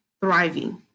thriving